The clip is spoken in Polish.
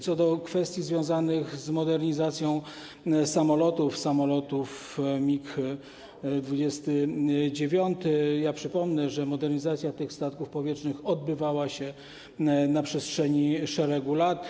Co do kwestii związanych z modernizacją samolotów MiG-29, przypomnę, że modernizacja tych statków powietrznych odbywała się na przestrzeni szeregu lat.